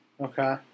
Okay